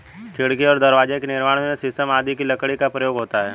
खिड़की और दरवाजे के निर्माण में शीशम आदि की लकड़ी का प्रयोग होता है